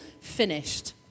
finished